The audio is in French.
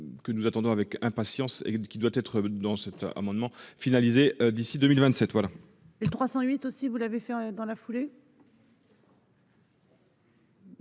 Que nous attendons avec impatience et qui doit être dans cet amendement finalisé d'ici 2027. Voilà. Les 308 aussi, vous l'avez fait. Dans la foulée.